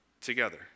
together